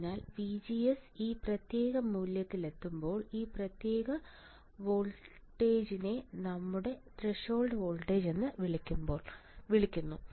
അതിനാൽ VGS ഈ പ്രത്യേക മൂല്യത്തിൽ എത്തുമ്പോൾ ഈ പ്രത്യേക വോൾട്ടേജിനെ നമ്മുടെ ത്രെഷോൾഡ് വോൾട്ടേജ് എന്ന് വിളിക്കുന്നു